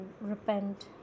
repent